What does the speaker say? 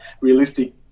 realistic